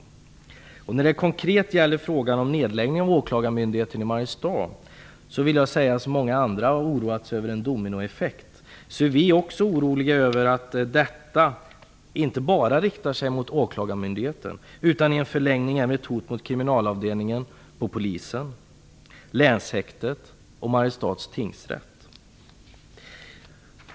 Många har här oroat sig för en dominoeffekt. När det konkret gäller frågan om nedläggning av Åklagarmyndigheten i Mariestad vill jag säga vi också är oroliga över att detta inte bara riktar sig mot åklagarmyndigheten, utan att det i förlängningen även blir ett hot mot kriminalavdelningen vid polisen, länshäktet och Mariestads tingsrätt.